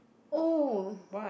oh